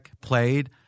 played